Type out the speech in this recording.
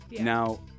now